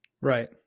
right